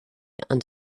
and